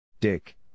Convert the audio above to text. Dick